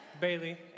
Bailey